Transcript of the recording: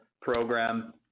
program